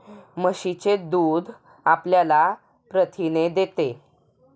म्हशीचे दूध आपल्याला प्रथिने देते